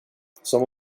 som